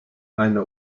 eine